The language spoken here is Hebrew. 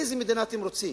איזו מדינה אתם רוצים?